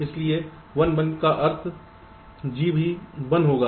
इसलिए 1 1 का अर्थ G भी 1 होगा